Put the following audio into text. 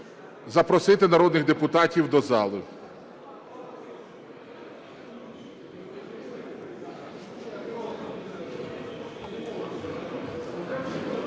запросити народних депутатів до зали.